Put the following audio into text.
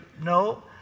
no